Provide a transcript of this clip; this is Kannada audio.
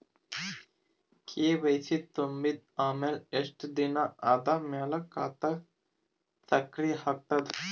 ಕೆ.ವೈ.ಸಿ ತುಂಬಿದ ಅಮೆಲ ಎಷ್ಟ ದಿನ ಆದ ಮೇಲ ಖಾತಾ ಸಕ್ರಿಯ ಅಗತದ?